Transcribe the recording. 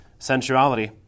Sensuality